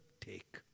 take